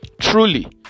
truly